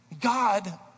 God